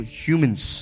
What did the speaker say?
humans